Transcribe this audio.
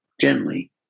gently